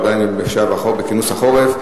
עדיין במושב החורף.